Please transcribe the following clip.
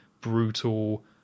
brutal